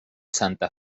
santa